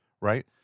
right